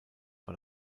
war